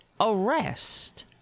arrest